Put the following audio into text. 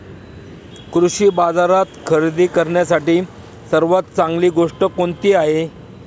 कृषी बाजारात खरेदी करण्यासाठी सर्वात चांगली गोष्ट कोणती आहे?